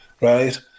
right